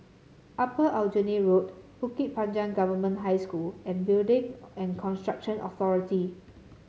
Upper Aljunied Road Bukit Panjang Government High School and Building and Construction Authority